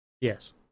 Yes